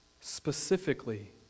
specifically